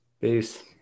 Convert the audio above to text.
peace